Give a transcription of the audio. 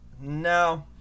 No